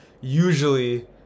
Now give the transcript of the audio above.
usually